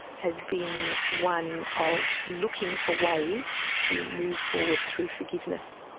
has been one of looking for ways to move forward through forgiveness.